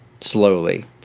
slowly